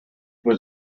was